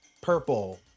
purple